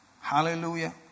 Hallelujah